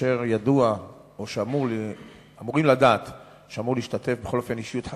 כאשר ידוע או שאמורים לדעת שאמורה להשתתף אישיות חשובה,